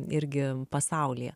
irgi pasaulyje